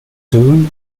soon